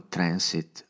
Transit